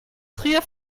trier